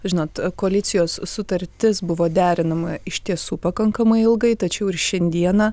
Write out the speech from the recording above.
žinot koalicijos sutartis buvo derinama iš tiesų pakankamai ilgai tačiau ir šiandieną